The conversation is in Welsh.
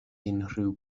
unrhyw